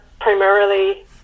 primarily